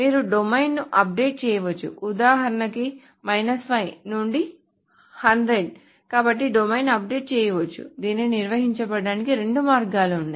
మీరు డొమైన్ను అప్డేట్ చేయవచ్చు ఉదాహరణకు 5 నుండి 100 కాబట్టి డొమైన్ అప్డేట్ చేయవచ్చు దీనిని నిర్వహించడానికి రెండు మార్గాలు ఉన్నాయి